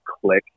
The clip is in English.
click